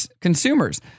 consumers